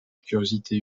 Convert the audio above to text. curiosité